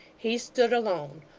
he stood alone,